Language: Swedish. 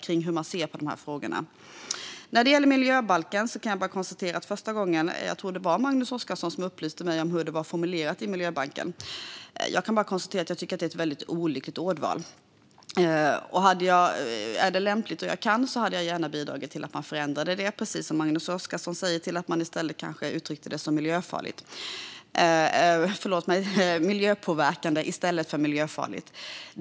Formuleringen "miljöfarligt" i miljöbalken tror jag att det var Magnus Oscarsson som först upplyste mig om. Jag kan bara konstatera att jag tycker att det är ett olyckligt ordval. Jag hade gärna bidragit till att ändra det till "miljöpåverkande", precis som Magnus Oscarsson säger.